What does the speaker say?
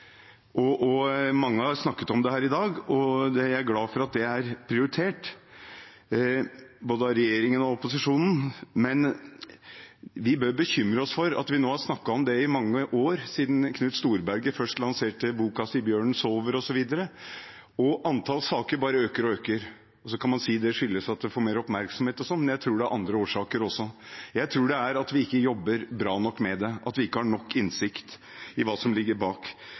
nære relasjoner. Mange har snakket om det her i dag, og jeg er glad for at det er prioritert, både av regjeringen og av opposisjonen. Men vi bør bekymre oss for at vi nå har snakket om det i mange år siden Knut Storberget først lanserte boka «Bjørnen sover», og antall saker bare øker og øker. Så kan man si at det skyldes at det får mer oppmerksomhet, osv., men jeg tror det er andre årsaker også. Jeg tror det er at vi ikke jobber bra nok med det, at vi ikke har nok innsikt i hva som ligger bak.